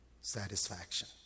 satisfaction